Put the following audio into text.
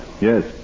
Yes